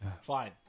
Fine